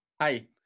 Hi